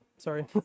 sorry